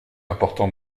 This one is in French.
important